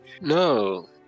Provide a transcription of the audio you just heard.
No